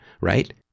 right